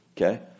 Okay